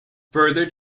further